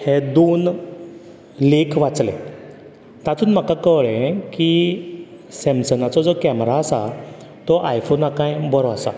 हे दोन लाख वाचले तातूंन म्हाका कळ्ळें की सॅमसंगांचो जो कॅमरा आसा तो आयफोनाकाय बरो आसा